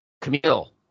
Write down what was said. Camille